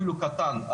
אפילו קטן,